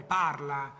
parla